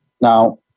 Now